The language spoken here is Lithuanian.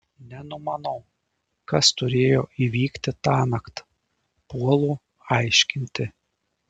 nenumanau kas turėjo įvykti tąnakt puolu aiškinti